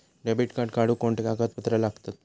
Debit card काढुक कोणते कागदपत्र लागतत?